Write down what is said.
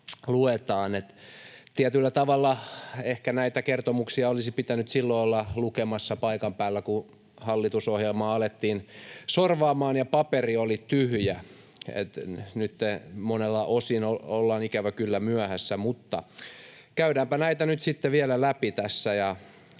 luetaan. Tietyllä tavalla ehkä näitä kertomuksia olisi pitänyt silloin olla lukemassa paikan päällä, kun hallitusohjelmaa alettiin sorvaamaan ja paperi oli tyhjä. Nyt monelta osin ollaan ikävä kyllä myöhässä. Mutta käydäänpä näitä nyt